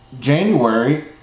January